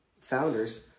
founders